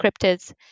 cryptids